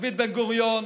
דוד בן-גוריון